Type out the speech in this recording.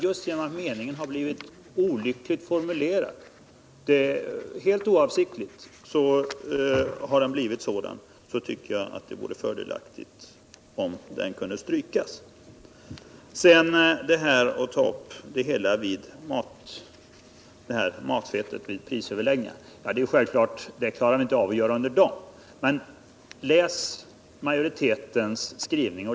Just genom att meningen helt oavsiktligt har blivit olyckligt formulerad tycker jag det vore fördelaktigt om den kunde strykas. Så till frågan om prisöverläggningar om matfettet. Läs majoritetens skrivning!